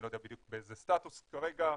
אני לא יודע בדיוק באיזה סטטוס היא כרגע,